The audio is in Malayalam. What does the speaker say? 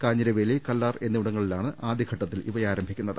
കാഞ്ഞിരവേലി കല്ലാർ എന്നിവിടങ്ങളിലാണ് ആദ്യഘട്ടത്തിൽ ആരംഭിക്കുന്നത്